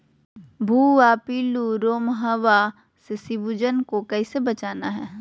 भुवा पिल्लु, रोमहवा से सिजुवन के कैसे बचाना है?